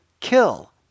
kill